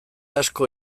asko